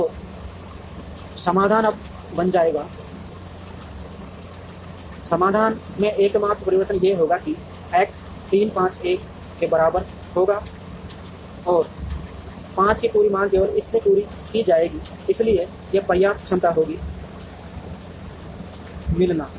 तो समाधान अब बन जाएगा समाधान में एकमात्र परिवर्तन यह होगा कि X 3 5 1 के बराबर होगा और 5 की पूरी मांग केवल इससे पूरी की जाएगी इसलिए यह पर्याप्त क्षमता होगी मीलऩा